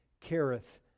careth